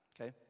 okay